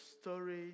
story